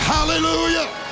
Hallelujah